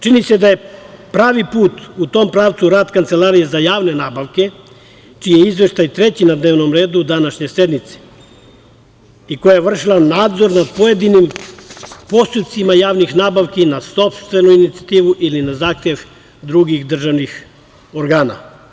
Čini se da je pravi put u tom pravcu rad Kancelarije za javne nabavke, čiji je izveštaj treći na dnevnom redu današnje sednice i koja je vršila nadzor nad pojedinim postupcima javnih nabavki, na sopstvenu inicijativu ili na zahtev drugih državnih organa.